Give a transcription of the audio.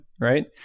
right